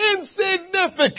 insignificant